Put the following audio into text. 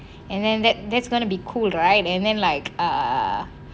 and then that that's going to be cool right and then like err